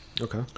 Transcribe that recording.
okay